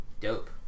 Dope